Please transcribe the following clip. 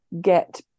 get